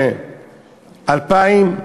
בספטמבר,